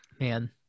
Man